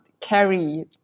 carry